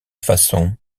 façon